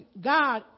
God